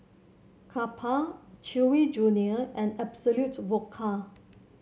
Kappa Chewy Junior and Absolut Vodka